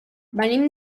venim